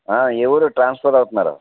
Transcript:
ఏ ఊరు ట్రాన్సఫర్ అవుతున్నారు